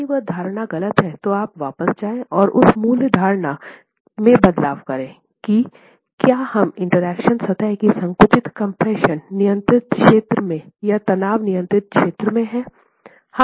यदि वह धारणा गलत है तो आप वापस जाए और उस मूल धारणा में बदलाव करे कि क्या हम इंटरैक्शन सतह की संकुचित कम्प्रेशन नियंत्रित क्षेत्र में या तनाव नियंत्रित क्षेत्र में हैं